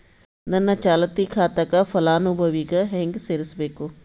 ನನ್ನ ಚಾಲತಿ ಖಾತಾಕ ಫಲಾನುಭವಿಗ ಹೆಂಗ್ ಸೇರಸಬೇಕು?